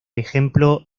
ejemplo